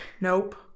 nope